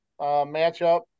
matchup